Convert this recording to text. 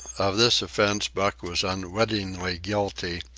of this offence buck was unwittingly guilty,